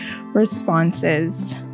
responses